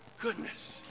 goodness